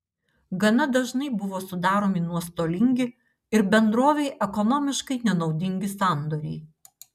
gana dažnai buvo sudaromi nuostolingi ir bendrovei ekonomiškai nenaudingi sandoriai